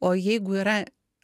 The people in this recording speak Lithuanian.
o jeigu yra